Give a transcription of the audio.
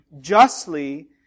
justly